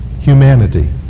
humanity